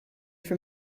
from